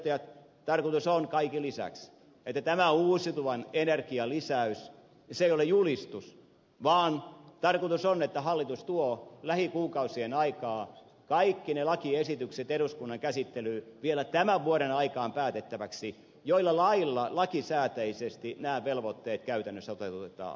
tarkoitus on kaiken lisäksi että tämä uusiutuvan energian lisäys ei ole julistus vaan tarkoitus on että hallitus tuo lähikuukausien aikaan eduskunnan käsittelyyn vielä tämän vuoden aikana päätettäväksi kaikki ne lakiesitykset joilla lakisääteisesti nämä velvoitteet käytännössä toteutetaan